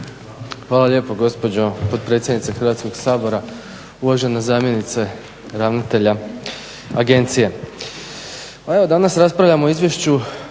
Hvala lijepo gospođo potpredsjednice Hrvatskog sabora, uvažena zamjenice ravnatelja agencije. Pa evo danas raspravljamo o Izvješću